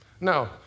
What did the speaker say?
No